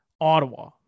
Ottawa